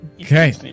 Okay